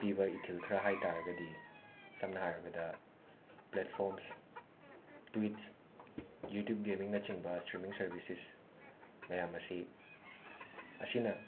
ꯄꯤꯕ ꯏꯊꯤꯜ ꯈꯔ ꯍꯥꯏꯇꯥꯔꯒꯗꯤ ꯁꯝꯅ ꯍꯥꯏꯔꯕꯗ ꯄ꯭ꯂꯦꯠꯐꯣꯝꯁ ꯇ꯭ꯋꯤꯠꯁ ꯌꯨꯇ꯭ꯌꯨꯕ ꯒꯦꯃꯤꯡꯅꯆꯤꯡꯕ ꯁ꯭ꯇ꯭ꯔꯤꯃꯤꯡ ꯁꯔꯕꯤꯁꯦꯁ ꯃꯌꯥꯝ ꯑꯁꯤ ꯑꯁꯤꯅ